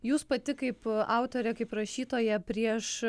jūs pati kaip autorė kaip rašytoja prieš